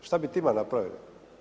Šta bi tima napravili?